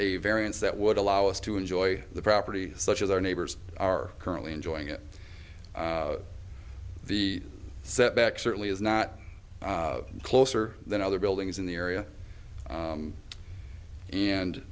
a variance that would allow us to enjoy the property such as our neighbors are currently enjoying it the setback certainly is not closer than other buildings in the area